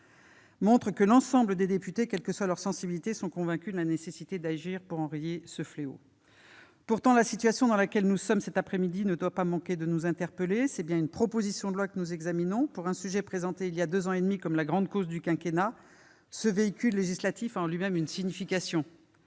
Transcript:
montre que l'ensemble des députés, quelle que soit leur sensibilité, sont convaincus de la nécessité d'agir pour enrayer ce fléau. Pourtant, la situation dans laquelle nous nous trouvons cet après-midi ne doit pas manquer de nous interpeller. C'est bien une proposition de loi que nous examinons. Pour un sujet présenté il y a deux ans et demi comme la « grande cause du quinquennat », le recours à ce véhicule législatif a en soi une signification.